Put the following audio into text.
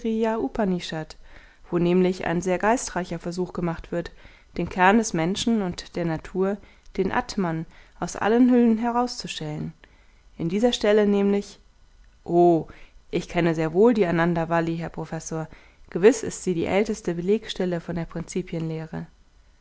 wo nämlich ein sehr geistreicher versuch gemacht wird den kern des menschen und der natur den atman aus allen hüllen herauszuschälen in dieser stelle nämlich o ich kenne sehr wohl die anandavalli herr professor gewiß ist sie die älteste belegstelle von der